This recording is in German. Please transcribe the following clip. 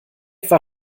war